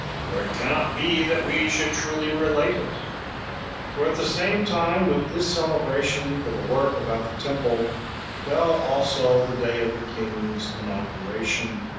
for it cannot be that we should truly relate it for at the same time with this celebration for the work about the temple fell also the day of the king's inauguration,